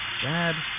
Dad